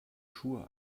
schuhe